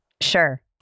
Sure